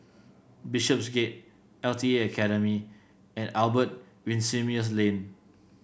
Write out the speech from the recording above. Bishopsgate L T A Academy and Albert Winsemius Lane